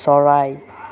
চৰাই